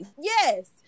yes